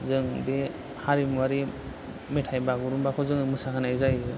जों बे हारिमुवारि मेथाइ बागुरुमबाखौ मोसाहोनाय जायो